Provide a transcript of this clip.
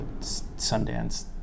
Sundance